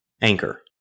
Anchor